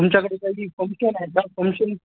तुमच्याकडे काही तरी फंक्शन आहे का फंक्शन